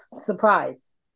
surprise